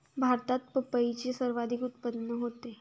भारतात पपईचे सर्वाधिक उत्पादन होते